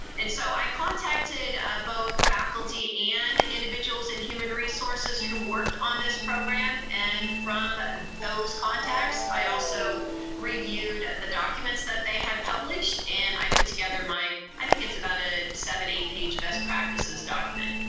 and so i contacted ah both faculty and individuals in human resources who worked on this program, and from those contacts, i also reviewed the documents that they had published, and i put together my, i think it's about a seven, eight page best practices document.